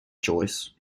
joyce